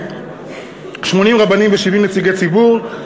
80 רבנים ו-70 נציגי ציבור.